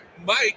Mike